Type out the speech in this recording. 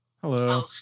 Hello